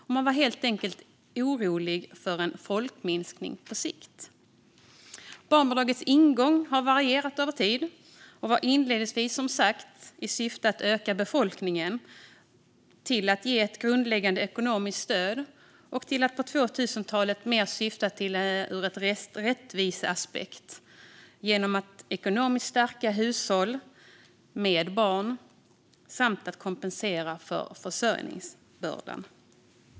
Man var helt enkelt orolig för en folkminskning på sikt. Barnbidragets ingång har varierat över tid. Det hade som sagt inledningsvis till syfte att öka befolkningen. Sedan har syftet varit att ge ett grundläggande ekonomiskt stöd, och på 2000-talet har barnbidraget mer övergått till att ha en rättviseaspekt genom att ekonomiskt stärka hushåll med barn samt att kompensera för försörjningsbördan.